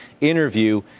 interview